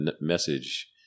message